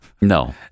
No